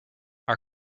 our